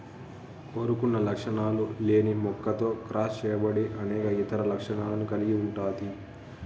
కోరుకున్న లక్షణాలు లేని మొక్కతో క్రాస్ చేయబడి అనేక ఇతర లక్షణాలను కలిగి ఉంటాది